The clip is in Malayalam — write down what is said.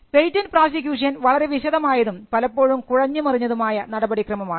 പേറ്റന്റ് പ്രോസിക്യൂഷൻ വളരെ വിശദമായതും പലപ്പോഴും കുഴഞ്ഞുമറിഞ്ഞതുമായ നടപടിക്രമം ആണ്